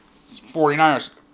49ers